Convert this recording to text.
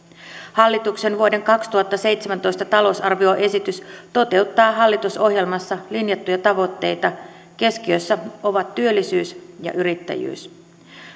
hallituksen vuoden kaksituhattaseitsemäntoista talousarvioesitys toteuttaa hallitusohjelmassa linjattuja tavoitteita keskiössä ovat työllisyys ja yrittäjyys